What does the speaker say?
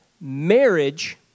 Marriage